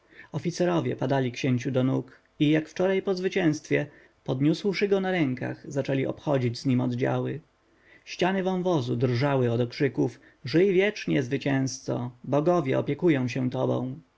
oficerowie padali księciu do nóg i jak wczoraj po zwycięstwie podniósłszy go na rękach zaczęli obchodzić z nim oddziały ściany wąwozu drżały od okrzyków żyj wiecznie zwycięzco bogowie opiekują się tobą